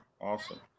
awesome